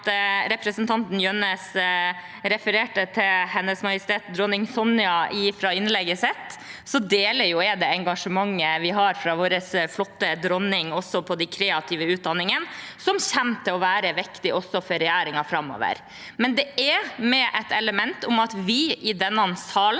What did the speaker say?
Representanten Jønnes refererte til Hennes Majestet Dronning Sonja i innlegget sitt, og jeg deler det engasjementet vi har fra vår flotte dronning med tanke på de kreative utdanningene, som også kommer til å være viktig for regjeringen framover. Det er med et element om at vi i denne salen